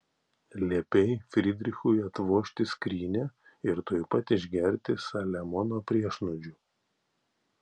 liepei frydrichui atvožti skrynią ir tuoj pat išgerti saliamono priešnuodžių